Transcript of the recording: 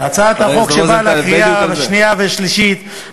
הצעת החוק שבאה לקריאה השנייה והשלישית,